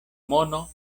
mono